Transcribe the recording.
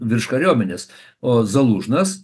virš kariuomenės o zalužnas